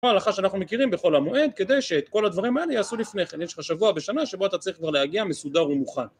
כמו ההלכה שאנחנו מכירים בחול המועד כדי שאת כל הדברים האלה ייעשו לפני כן יש לך שבוע בשנה שבו אתה צריך כבר להגיע מסודר ומוכן